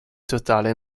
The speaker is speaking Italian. totale